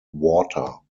water